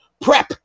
Prep